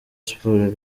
sports